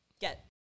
get